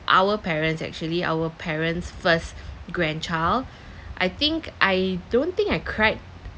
our parents actually our parents' first grandchild I think I don't think I cried